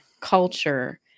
culture